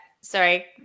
sorry